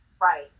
Right